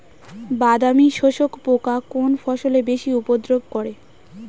বাদামি শোষক পোকা কোন ফসলে বেশি উপদ্রব করে?